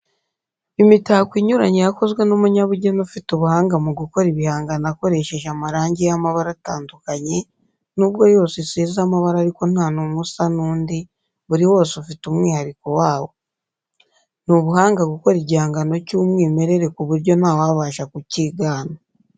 Imitako inyuranye yakozwe n'umunyabugeni ufite ubuhanga mu gukora ibihangano akoresheje amarangi y'amabara atandukanye, nubwo yose isize amabara ariko nta numwe usa n'undi buri wose ufite umwihariko wawo. Ni ubuhanga gukora igihangano cy'umwimerere ku buryo ntawabasha kukigana.